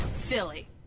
Philly